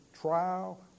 trial